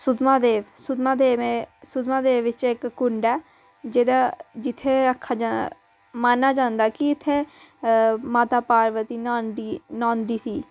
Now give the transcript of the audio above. सुद्धमहादेव सुद्धमहादेव सुद्धमहादेव बिच इक कुंड ऐ जेह्दा जि'त्थें आखा माना जंदा ऐ की इ'त्थें माता पार्वती न्हांदी न्होंदी ही